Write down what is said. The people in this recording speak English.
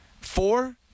four